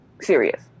serious